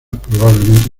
probablemente